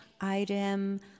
item